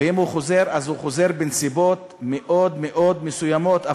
ואם הוא חוזר אז הוא חוזר בנסיבות מאוד מאוד מסוימות.